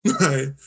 right